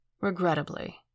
Regrettably